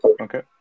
Okay